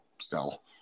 sell